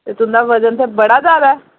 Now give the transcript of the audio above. ते तुं'दा वजन ते बड़ा जादा ऐ